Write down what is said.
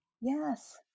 Yes